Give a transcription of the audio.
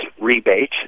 rebate